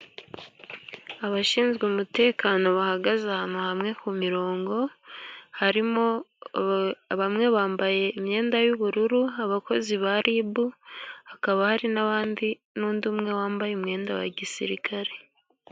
Abashinzwe umutekano bahagaze ahantu hamwe ku mirongo. Harimo bamwe bambaye imyenda y'ubururu abakozi ba RIB, hakaba hari n'abandi, n'undi umwe wambaye umwenda wa gisirikare.